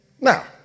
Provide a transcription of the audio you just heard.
Now